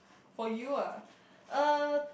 for you ah uh